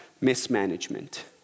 mismanagement